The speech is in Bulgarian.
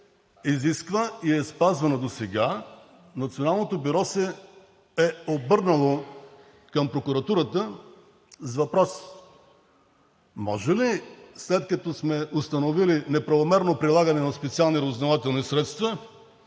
изисква и е спазвана досега, Националното бюро се е обърнало към прокуратурата с въпрос: може ли, след като сме установили неправомерно прилагане на специални разузнавателни средства,